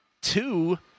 Two